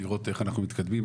לראות איך אנחנו מתקדמים.